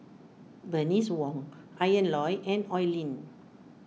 Bernice Wong Ian Loy and Oi Lin